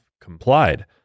complied